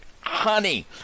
honey